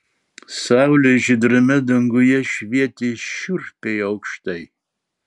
saulė žydrame danguje švietė šiurpiai aukštai